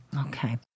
Okay